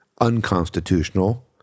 unconstitutional